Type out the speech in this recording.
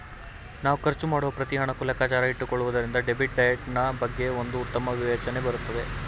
ನಾವ್ ಖರ್ಚು ಮಾಡುವ ಪ್ರತಿ ಹಣಕ್ಕೂ ಲೆಕ್ಕಾಚಾರ ಇಟ್ಟುಕೊಳ್ಳುವುದರಿಂದ ಡೆಬಿಟ್ ಡಯಟ್ ನಾ ಬಗ್ಗೆ ಒಂದು ಉತ್ತಮ ವಿವೇಚನೆ ಬರುತ್ತದೆ